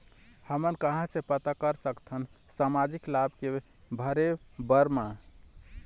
हमन कहां से पता कर सकथन सामाजिक लाभ के भरे बर मा?